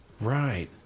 Right